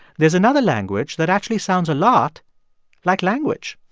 there's another language that actually sounds a lot like language